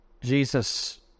jesus